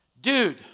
dude